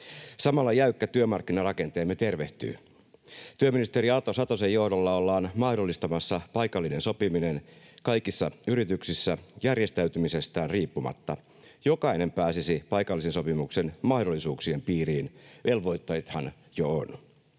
Samalla jäykkä työmarkkinarakenteemme tervehtyy. Työministeri Arto Satosen johdolla ollaan mahdollistamassa paikallinen sopiminen kaikissa yrityksissä järjestäytymisestä riippumatta. Jokainen pääsisi paikallisen sopimuksen mahdollisuuksien piiriin, velvoitteitahan jo on.